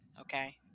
okay